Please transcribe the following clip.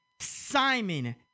Simon